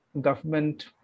government